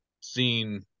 seen